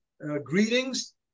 greetings